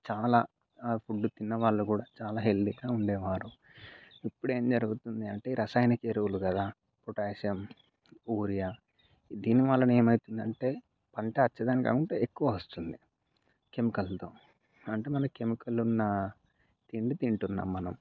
చాలా ఫుడ్ తిన్నవాళ్లు కూడ చాలా హెల్తీగా ఉండేవారు ఇపుడు ఏంజరుగుతుంది అంటే రసాయనక ఎరువులు కదా పొటాషియం యూరియా దీన్ని వలన ఏమైతుంది అంటే అంటే పంట ఖచ్చితంగా ఉంటే ఎక్కువ వస్తుంది కెమికల్తో అంటే మనకు కెమికల్ ఉన్న తిండి తింటున్నాం మనం